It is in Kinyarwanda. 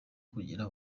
kugira